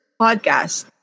podcast